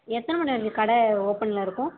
எத்தனை மணி வரைக்கும் கடை ஓப்பனில் இருக்கும்